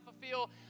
fulfill